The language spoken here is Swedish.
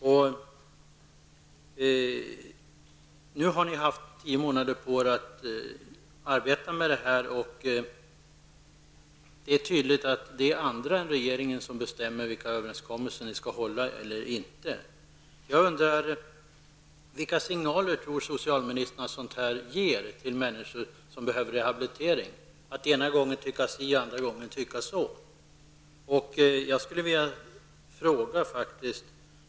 Nu har regeringen haft tio månader på sig att arbeta, och det är tydligt att det är andra än regeringen som bestämmer vilka överenskommelser som skall hållas eller ej. att man ena gången tycker si och andra gången så?